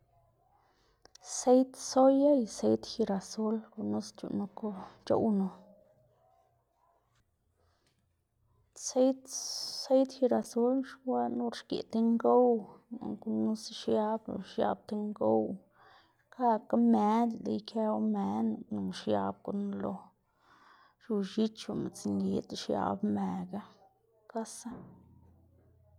seid soya y seid jirasol gunu c̲h̲uꞌnn- nu c̲h̲oꞌwnu, seid jirasol c̲h̲ixkwaꞌná or xgeꞌ ti ngow lëꞌ gunusa xiab lox xiab tib ngow, xkakga mëna dele ikëwu mëna nonga xiab gunu lo xiu x̱ich o midzngid lëꞌ xiabla mëga, xkasa.